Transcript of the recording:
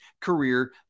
career